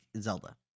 Zelda